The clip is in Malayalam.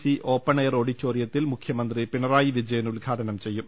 സി ഓപ്പൺഎയർ ഓഡിറ്റോറിയത്തിൽ മുഖ്യമന്ത്രി പിണറായി വിജയൻ ഉദ്ഘാടനം ചെയ്യും